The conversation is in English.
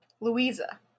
Louisa